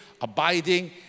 abiding